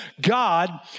God